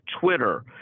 twitter